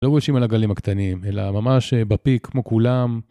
לא גולשים על הגלים הקטנים, אלא ממש בפיק כמו כולם.